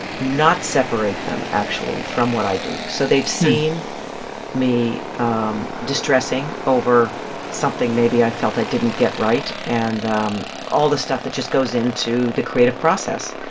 not separate them, actually, from what i do. so they've seen me um distressing over something maybe i felt i didn't get right and um all the stuff that just goes into the creative process.